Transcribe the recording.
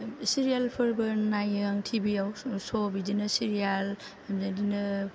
सिरियालफोरबो नायो आं टि भिआव स' बिदिनो सिरियाल बिदिनो